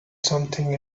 something